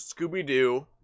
Scooby-Doo